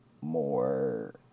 more